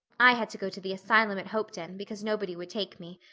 i had to go to the asylum at hopeton, because nobody would take me.